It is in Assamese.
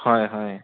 হয় হয়